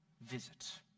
visit